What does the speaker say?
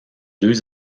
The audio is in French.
deux